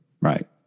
Right